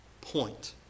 point